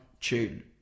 tune